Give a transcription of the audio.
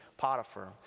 Potiphar